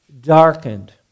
darkened